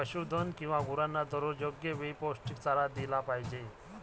पशुधन किंवा गुरांना दररोज योग्य वेळी पौष्टिक चारा दिला पाहिजे